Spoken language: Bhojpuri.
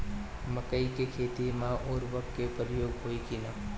मकई के खेती में उर्वरक के प्रयोग होई की ना?